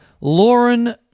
Lauren